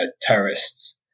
terrorists